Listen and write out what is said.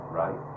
right